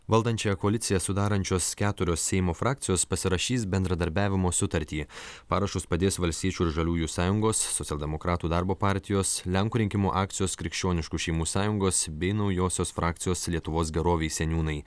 valdančiąją koaliciją sudarančios keturios seimo frakcijos pasirašys bendradarbiavimo sutartį parašus padės valstiečių ir žaliųjų sąjungos socialdemokratų darbo partijos lenkų rinkimų akcijos krikščioniškų šeimų sąjungos bei naujosios frakcijos lietuvos gerovei seniūnai